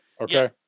Okay